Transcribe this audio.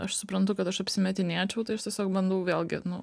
aš suprantu kad aš apsimetinėčiau tai aš tiesiog bandau vėlgi nu